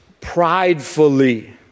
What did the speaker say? pridefully